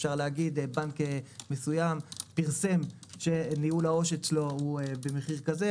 אפשר לומר - בנק מסוים פרסם שניהול העו"ש אצלו הוא במחיר כזה,